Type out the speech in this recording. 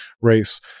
race